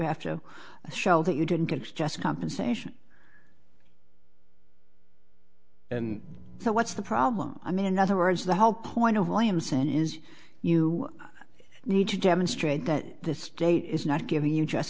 have to show that you didn't get just compensation and so what's the problem i mean in other words the whole point of lamson is you need to demonstrate that the state is not giving you